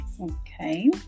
Okay